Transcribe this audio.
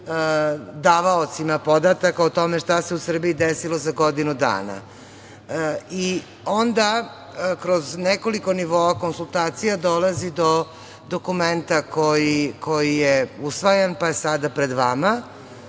davaocima podataka o tome šta se u Srbiji desilo za godinu dana. Onda kroz nekoliko nivoa konsultacija dolazi do dokumenta koji je usvajan, pa je sada pred vama